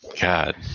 God